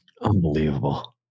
unbelievable